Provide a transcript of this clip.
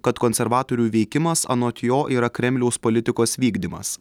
kad konservatorių veikimas anot jo yra kremliaus politikos vykdymas